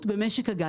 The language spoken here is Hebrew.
התחרות במשק הגז.